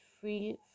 free